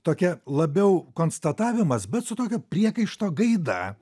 tokia labiau konstatavimas bet su tokio priekaišto gaida